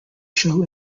show